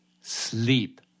Sleep